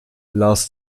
lars